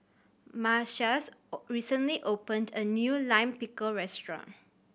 Matias recently opened a new Lime Pickle restaurant